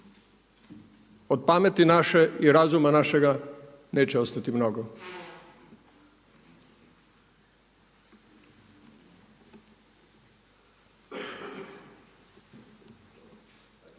od pameti naše i razuma našega neće ostati mnogo.